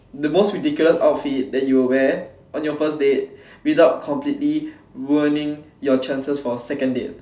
the most ridiculous outfit that you would wear on your first date without completely ruining your chances for a second date